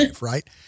right